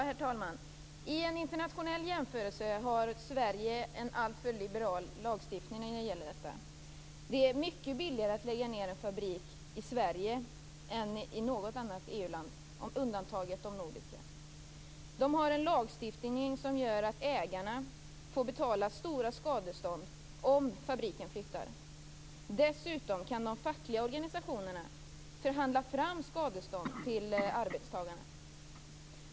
Herr talman! I internationell jämförelse har Sverige en alltför liberal lagstiftning när det gäller detta. Det är mycket billigare att lägga ned en fabrik i Sverige än i något annat EU-land, undantaget de nordiska länderna. Dessa länder har en lagstiftning som gör att ägarna får betala stora skadestånd om fabriken flyttar. Dessutom kan de fackliga organisationerna förhandla fram skadestånd till arbetstagarna.